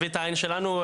מזווית העין שלנו.